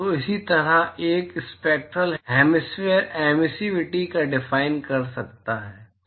तो इसी तरह एक स्पैक्टरल हैमिस्फेरकल एमिसिविटी को डिफाइन कर सकता है